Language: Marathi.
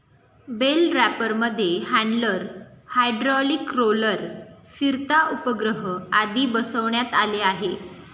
बेल रॅपरमध्ये हॅण्डलर, हायड्रोलिक रोलर, फिरता उपग्रह आदी बसवण्यात आले आहे